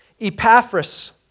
Epaphras